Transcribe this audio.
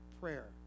prayer